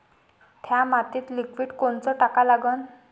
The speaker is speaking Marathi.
थ्या मातीत लिक्विड कोनचं टाका लागन?